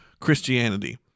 Christianity